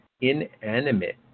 inanimate